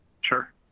Sure